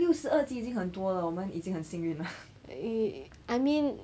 六十二级已经很多了我们很幸运了